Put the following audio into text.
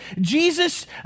Jesus